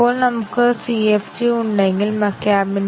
അതിനാൽ ആദ്യത്തെ basic condition നമുക്ക് നോക്കാം